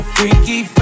Freaky